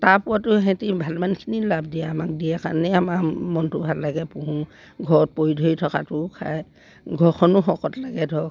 তাৰপৰাতো সিহঁতি ভালমানখিনি লাভ দিয়ে আমাক দিয়ে কাৰণে আমাৰ মনটো ভাল লাগে পোহোঁ ঘৰত পৰি ধৰি থকাটো খায় ঘৰখনো শকত লাগে ধৰক